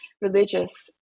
religious